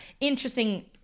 Interesting